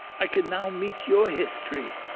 i can now meet your history.